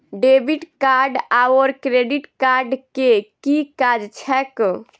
Debit card आओर credit card केँ की काज छैक?